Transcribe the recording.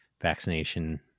vaccination